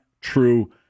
true